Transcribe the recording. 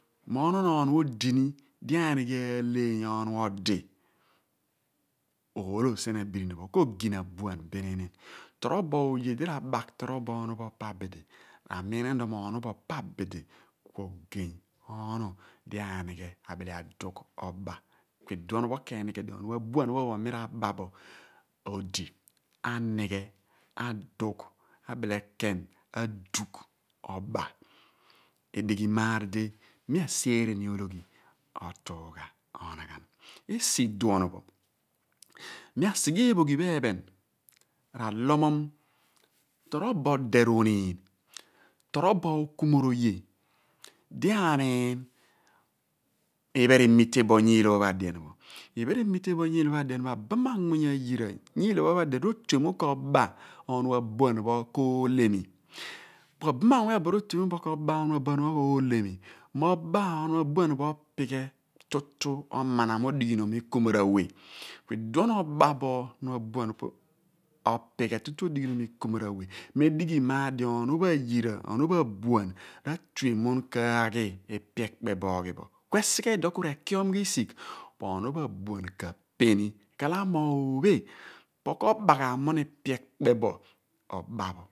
Mo onon ohun odini di anighe aleeny ohnu odi moolo sien abirini pho ko/gina abuan bin torobo oye lo r'aba torobo ohun pho opo abidi ra bem ghan mo ohun pho opo abid ku ogeny ohnu di anighe abile adugh oba ipe keeni kwedi ohnu abuan ohphon mi r'aba bo edighi maar di me aseere mi ologhi otuugha onaghan esi iduon mi asighe eephoghi pho ephen r'alomom torobo ode r'oniin torobo okumoroye di amin phen r''emite bo nyilo pho adien idi r'emite bo mem amuen ba manm uny ayira nyid ipho adien ro/tue mun koba ohnu abuan pho ko olemi moba ohnju abuan bim opighe tutu odoghinom ikumoor awe ku iphen pho medighi di ohnu pho ayira abuan ra/tyue mun k'aghi epe akpe bo oghi ku esighe iduom ku r'ekiom risigh ohnu pho abuan pho kape ni bin ghalamo oophe po ko/ba ghan mun ipe ekpeanaan bo oba pho